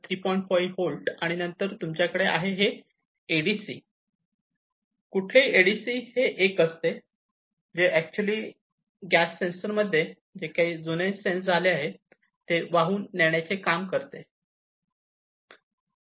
5 volt आणि नंतर तुमच्याकडे आहे हे ADC कुठलेही ADC हे एक असते जे ऍक्च्युली गॅस सेंसर मध्ये जे काही सेन्स झाले ते वाहून नेण्याचे काम करते